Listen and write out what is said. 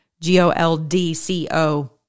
G-O-L-D-C-O